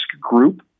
group